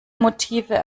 motive